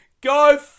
go